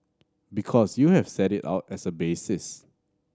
because you have set it out as a basis